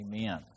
Amen